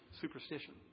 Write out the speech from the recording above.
superstition